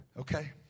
Okay